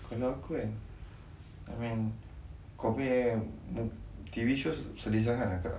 kalau aku kan I mean kau nya T_V shows sedih sangat ah